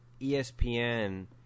ESPN